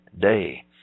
day